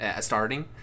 starting